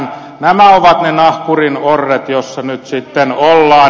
nämä ovat ne nahkurin orret joissa nyt sitten ollaan